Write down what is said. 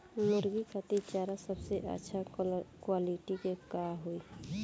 मुर्गी खातिर चारा सबसे अच्छा क्वालिटी के का होई?